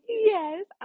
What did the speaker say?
yes